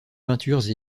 peintures